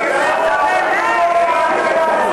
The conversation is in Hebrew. אין בעיה, ניסן.